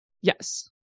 Yes